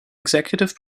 executive